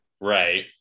right